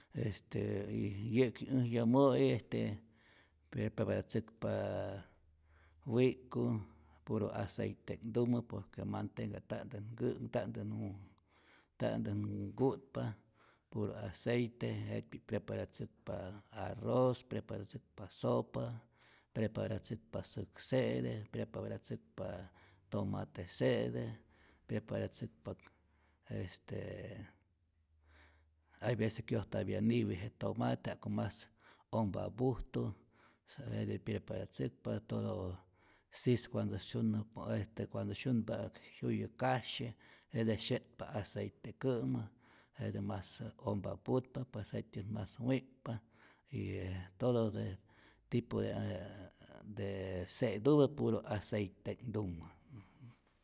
Este y yä'ki äj yomo'i este preparatzäkpa wik'ku' puro aceiteji'knhtumä por que mantega nta'ntät nkä' nta'tät nku nta'ntät nku'tpa, puro aceite jet'pi'k preparatzäkpa arroz, preparatzäkpa sopa, preparatzäkpa säk se'te, preparatzäkpa tomate se'te, preparatzäkpa este hay vece kyojtapya niwi je tomate ja'ku mas ompapujtu, jete preparatzäkpa todo sis cuando syunu cuando syunpa'äk jyuyä kasyi', jete sye'tpa aceitekä'mä, jete mas ompa putpa pues jet'tyät mas wi'kpa y e todo de tipo de äää de se'tupä puro aceite'knhtumä.